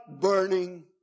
burning